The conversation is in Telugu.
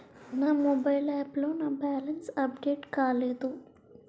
నా మొబైల్ యాప్ లో నా బ్యాలెన్స్ అప్డేట్ కాలేదు